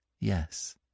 Yes